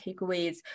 takeaways